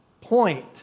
point